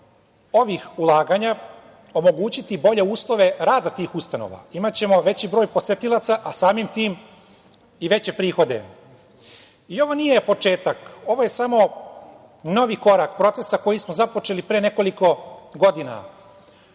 ovih ulaganja omogućiti bolje uslove rada tih ustanova, imaćemo veći broj posetilaca, a samim tim i veće prihode. Ovo nije početak, ovo je samo novi korak procesa koji smo započeli pre nekoliko godina,